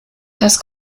das